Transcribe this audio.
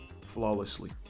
Flawlessly